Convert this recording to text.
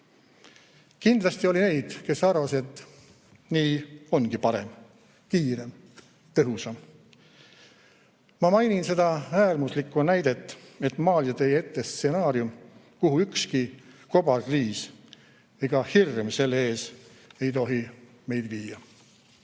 Kindlasti oli neid, kes arvasid, et nii ongi parem, kiirem, tõhusam. Ma mainin seda äärmuslikku näidet, et maalida teie ette stsenaarium, kuhu ükski kobarkriis ega hirm selle ees ei tohi meid viia.